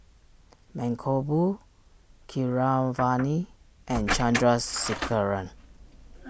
Mankombu Keeravani and Chandrasekaran